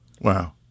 Wow